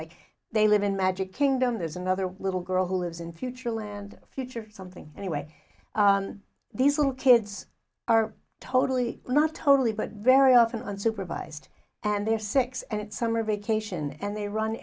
like they live in magic kingdom there's another little girl who lives in future land future something anyway these little kids are totally not totally but very often unsupervised and they're six and it's summer vacation and they run